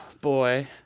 boy